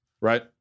right